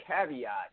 caveat